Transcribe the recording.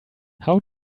how